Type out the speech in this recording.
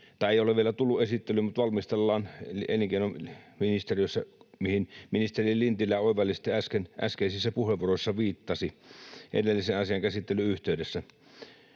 — se ei ole vielä tullut, mutta sitä valmistellaan elinkeinoministeriössä, mihin ministeri Lintilä oivallisesti äskeisessä puheenvuorossaan viittasi tämän asian käsittelyn yhteydessä.